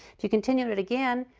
if you continue it again,